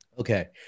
Okay